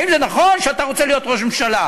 האם זה נכון שאתה רוצה להיות ראש הממשלה,